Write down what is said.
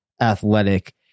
athletic